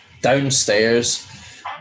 downstairs